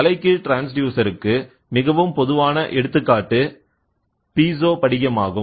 தலைகீழ் ட்ரான்ஸ்டியூசர் க்கு மிகவும் பொதுவான எடுத்துக்காட்டு பீசோ படிகமாகும்